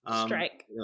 Strike